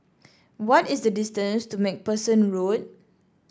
what is the distance to MacPherson Road